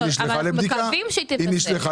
היא לא נפסלה, היא נשלחה